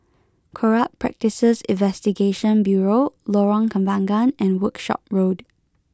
Corrupt Practices Investigation Bureau Lorong Kembangan and Workshop Road